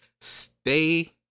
stay